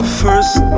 first